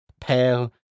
pale